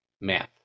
Math